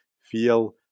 feel